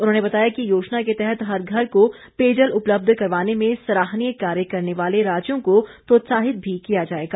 उन्होंने बताया कि योजना के तहत हर घर को पेयजल उपलब्ध करवाने में सराहनीय कार्य करने वाले राज्यों को प्रोत्साहित भी किया जाएगा